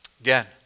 again